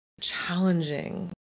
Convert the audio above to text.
challenging